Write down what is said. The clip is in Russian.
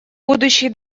будущий